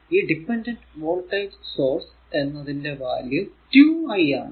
ഈ dependent voltage source എന്നതിന്റെ value 2 I ആണ്